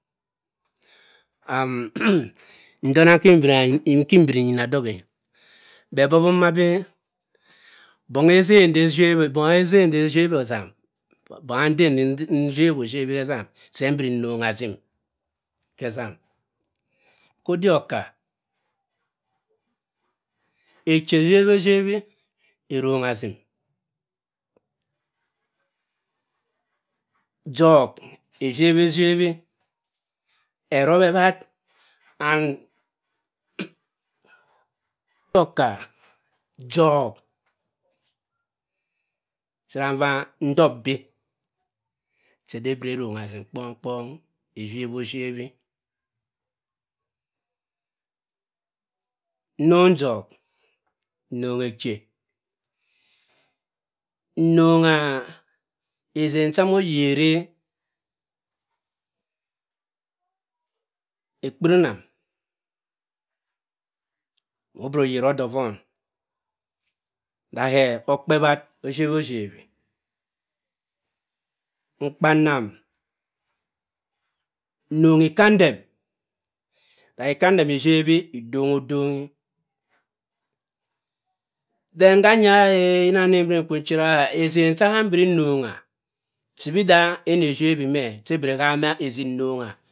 Am--mmm- ndonna nkir mbira nki mbiri nyina dohk-e bhe bọwọm ma bi bong etzene bong etzene, de ephiebbi bonga nden ri nphiebbi ophiebbi ozam ke essam, se mbiri nnongha asim ke essam, ka odik okaa' eche ephiebbi ophiebbi erọnga asim, johk ephiebbi erup ewatt and gn- ka odik oka johk cha ira m/a ndohk bi che de biri erronga asim kponkpong ephiebbi ophiebbi nnong johk nnonga eche nnong ejzene cha mo oyeri ekpiri nnam mo biri oyeri odo vonga da ke okpo ewatt ophiebbi ophiebbi mkpa nnam nnonga ikandem but ika ndem ephiebbi idongi odongi, den ga ya-e yim mi nvi nchera ka etzene cha kaam mbiri nnonga chibi da eni ephiebbi me cho ebiri ehama esim nong a.